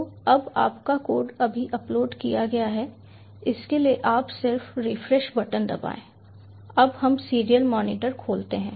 तो अब आपका कोड अभी अपलोड किया गया है इसके लिए आप सिर्फ रिफ्रेश बटन दबाएं अब हम सीरियल मॉनिटर खोलते हैं